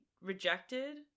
rejected